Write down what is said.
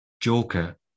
Joker